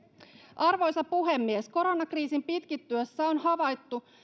arvoisa puhemies koronakriisin pitkittyessä on havaittu